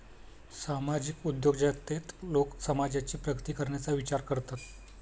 सामाजिक उद्योजकतेत लोक समाजाची प्रगती करण्याचा विचार करतात